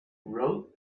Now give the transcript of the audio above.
wrote